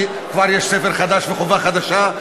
כי כבר יש ספר חדש וחובה חדשה.